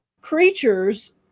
Creatures